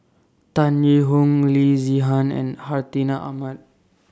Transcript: Tan Yee Hong Loo Zihan and Hartinah Ahmad